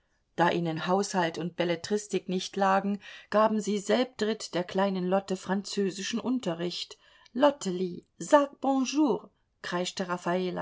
da ihnen haushalt und belletristik nicht lagen gaben sie selbdritt der kleinen lotte französischen unterricht lottely